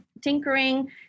tinkering